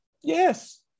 yes